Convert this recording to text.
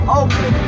open